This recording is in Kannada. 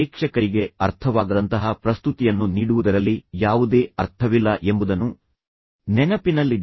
ಪ್ರೇಕ್ಷಕರಿಗೆ ಅರ್ಥವಾಗದಂತಹ ಪ್ರಸ್ತುತಿಯನ್ನು ನೀಡುವುದರಲ್ಲಿ ಯಾವುದೇ ಅರ್ಥವಿಲ್ಲ ಎಂಬುದನ್ನು ನೆನಪಿನಲ್ಲಿಡಿ